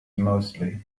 mostly